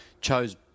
chose